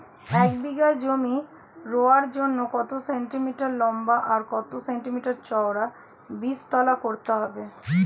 এক বিঘা জমি রোয়ার জন্য কত সেন্টিমিটার লম্বা আর কত সেন্টিমিটার চওড়া বীজতলা করতে হবে?